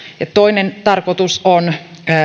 ja toinen tarkoitus on